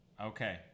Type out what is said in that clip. Okay